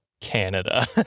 Canada